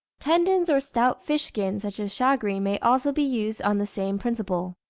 tendons, or stout fish-skin such as shagreen, may also be used on the same principle.